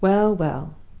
well! well!